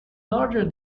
larger